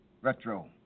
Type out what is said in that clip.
Retro